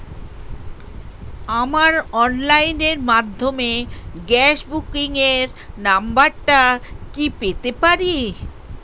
আমার অনলাইনের মাধ্যমে গ্যাস বুকিং এর নাম্বারটা কি পেতে পারি?